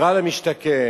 עם הדירה למשתכן,